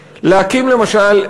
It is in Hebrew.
למשל,